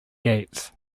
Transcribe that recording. gates